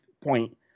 point